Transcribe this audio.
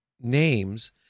names